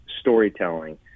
storytelling